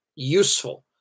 useful